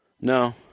No